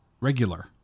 Regular